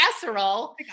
casserole